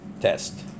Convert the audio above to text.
test